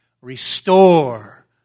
Restore